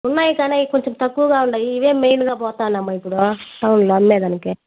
ఉన్నాయి కానీ అవి కొంచెం తక్కువగా ఉన్నాయి ఇవే మెయిన్గా పోతున్నాయమ్మ ఇప్పుడు టౌన్లో అమ్మేదానికి